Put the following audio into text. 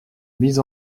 mise